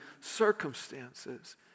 circumstances